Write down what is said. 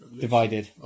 Divided